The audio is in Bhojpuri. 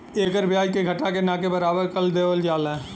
एकर ब्याज के घटा के ना के बराबर कर देवल जाला